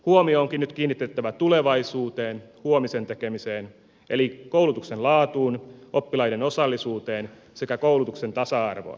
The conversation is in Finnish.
huomio onkin nyt kiinnitettävä tulevaisuuteen huomisen tekemiseen eli koulutuksen laatuun oppilaiden osallisuuteen sekä koulutuksen tasa arvoon